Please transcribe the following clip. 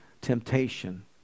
temptation